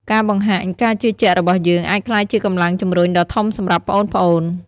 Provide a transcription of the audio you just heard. ការបង្ហាញការជឿជាក់របស់យើង អាចក្លាយជាកម្លាំងជំរុញដ៏ធំសម្រាប់ប្អូនៗ។